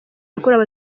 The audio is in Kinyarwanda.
yakorewe